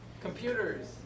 Computers